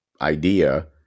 idea